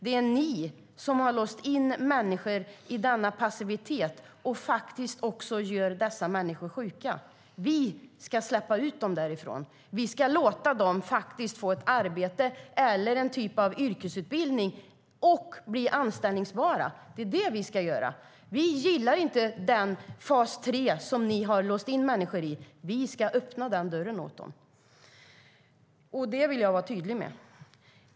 Det är ni som har låst in människor i passivitet och gör dem sjuka. Vi ska släppa ut dem därifrån, låta dem få ett arbete eller en typ av yrkesutbildning och bli anställbara. Det är vad vi ska göra. Vi gillar inte den fas 3 som ni har låst in människor i. Vi ska öppna dörren för dem. Det vill jag vara tydlig med.